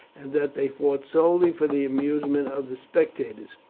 and that they fought solely for the amusement of the spectators.